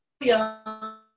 young